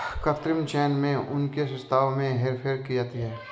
कृत्रिम चयन में उनकी विशेषताओं में हेरफेर की जाती है